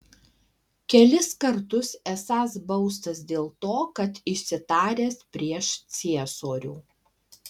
kelis kartus esąs baustas dėl to kad išsitaręs prieš ciesorių